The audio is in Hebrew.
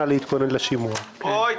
היא שהחברה הופכת לזרוע ביצוע של הממשלה.